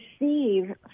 receive